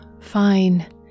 fine